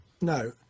no